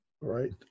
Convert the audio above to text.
Right